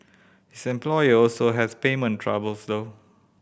his employer also has payment troubles though